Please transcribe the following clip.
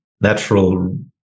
natural